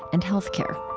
and health care